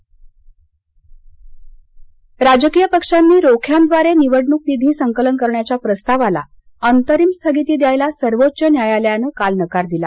निवडणक रोखे राजकीय पक्षांनी रोख्यांद्वारे निवडणूक निधी संकलन करण्याच्या प्रस्तावाला अंतरिम स्थगिती द्यायला सर्वोच्च न्यायालयानं काल नकार दिला